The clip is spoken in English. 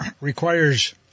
requires